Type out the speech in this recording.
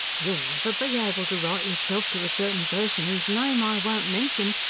you'll never be able to write yourself to a certain person, oos name i won't mention,